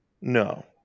no